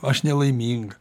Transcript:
aš nelaiminga